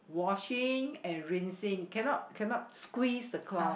washing and rinsing can not can not squeeze the cloth